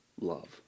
love